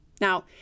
Now